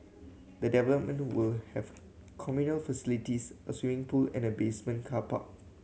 the development will have communal facilities a swimming pool and a basement car park